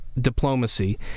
diplomacy